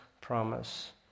promise